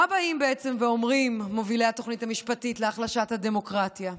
מה באים בעצם ואומרים מובילי התוכנית המשפטית להחלשת הדמוקרטיה?